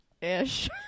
ish